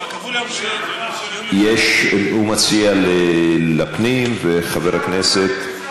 כבר קבעו ליום שני, הוא מציע לפנים, וחבר הכנסת,